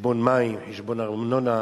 חשבון מים, חשבון ארנונה,